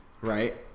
right